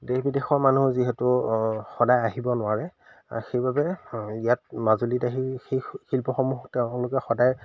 দেশ বিদেশৰ মানুহ যিহেতু সদায় আহিব নোৱাৰে সেইবাবে ইয়াত মাজুলীত আহি সেই শিল্পসমূহ তেওঁলোকে সদায়